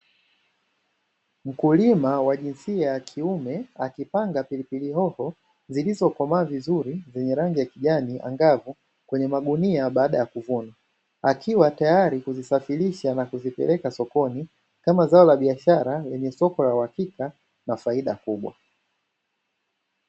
Mkulima wa jinsia ya kiume akipanga pilipili hoho zilizokomaa vizuri zenye rangi ya kijani angavu kwenye magunia baada ya kuvuna, akiwa tayari kuzisafirisha na kupeleka sokoni kama zao la biashara lenye soko la uhakika na faida kubwa.